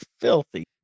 filthy